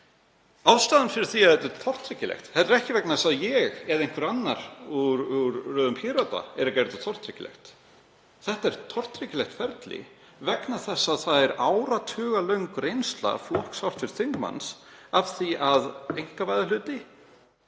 Ástæðan fyrir því að þetta er tortryggilegt er ekki sú að ég eða einhver annar úr röðum Pírata sé að gera þetta tortryggilegt. Þetta er tortryggilegt ferli vegna þess að við höfum áratugalanga reynslu flokks hv. þingmanns af því að einkavæða hluti